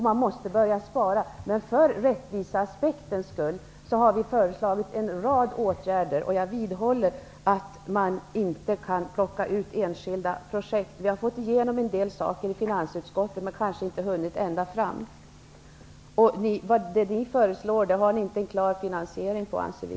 Man måste börja spara, men för rättviseaspektens skull har vi föreslagit en rad åtgärder, och jag vidhåller att man inte kan plocka ut enskilda projekt. Vi har fått igenom en del saker i finansutskottet men kanske inte hunnit ända fram. Det ni föreslår har ni inte en klar finansiering för, anser vi.